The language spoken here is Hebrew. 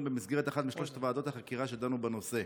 במסגרת אחת משלוש ועדות החקירה שדנו בנושא.